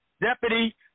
deputy